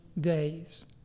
days